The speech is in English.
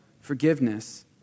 forgiveness